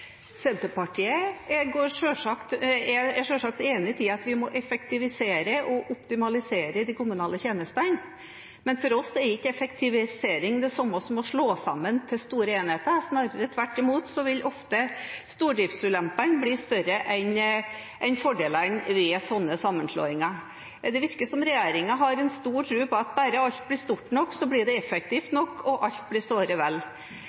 Senterpartiet er selvsagt enig i at vi må effektivisere og optimalisere de kommunale tjenestene, men for oss er ikke effektivisering det samme som å slå sammen til store enheter. Snarere tvert imot vil ofte stordriftsulempene bli større enn fordelene ved slike sammenslåinger. Det virker som regjeringen har stor tro på at bare alt blir stort nok, så blir det effektivt nok, og alt blir såre vel.